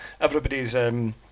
everybody's